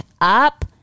up